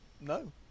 No